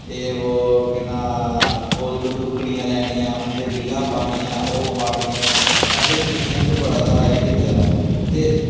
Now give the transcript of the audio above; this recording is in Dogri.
एह् बो केह् नांऽ गोल बंदुकड़ियां लैनियां उंदे च रीलां पानियां ओह् फानियां असें बी निक्के होंदे बड़ा सारा एह् कीते दा